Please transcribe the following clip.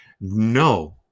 no